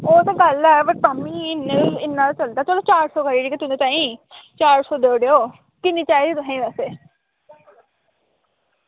ओह् ते गल्ल ऐ पर भी बी इन्ना ते चलदा चार सौ करी लैगा तुंदे ताहीं चार सौ देई ओड़ेओ पर किन्नी चाहिदी तुसें